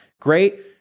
Great